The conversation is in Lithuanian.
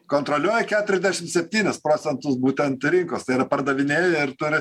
kontroliuoja keturiasdešim septynis procentus būtent rinkos tai yra pardavinėja ir turi